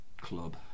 club